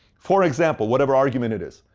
for example, whatever argument it is.